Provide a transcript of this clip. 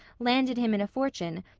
landed him in a fortune,